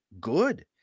good